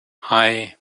hei